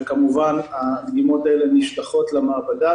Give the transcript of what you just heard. וכמובן הדגימות האלה נשלחות למעבדה